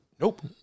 Nope